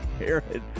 Aaron